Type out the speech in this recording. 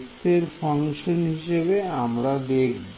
x এর function হিসেবে আমরা দেখব